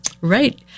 Right